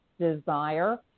desire